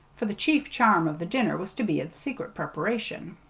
for the chief charm of the dinner was to be its secret preparation.